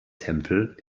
tempel